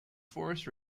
forest